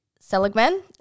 Seligman